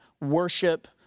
worship